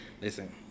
Listen